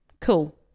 Cool